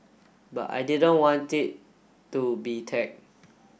but I didn't want it to be tag